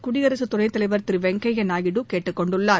குடியரசுத் துணைத்தலைவர் திரு வெங்கையா நாயுடு கேட்டுக்கொண்டுள்ளார்